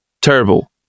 terrible